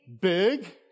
big